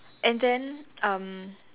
and then um